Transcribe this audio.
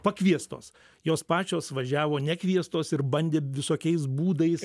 pakviestos jos pačios važiavo nekviestos ir bandė visokiais būdais